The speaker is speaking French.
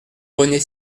rené